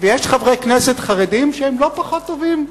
ויש חברי כנסת חרדים שהם לא פחות טובים.